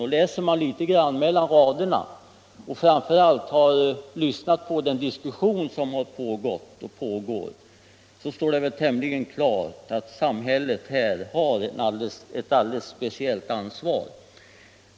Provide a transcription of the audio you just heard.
Om man läser litet mellan raderna och har lyssnat på den diskussion som har pågått och pågår, så står det väl tämligen klart att samhället här har ett alldeles speciellt ansvar.